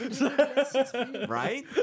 Right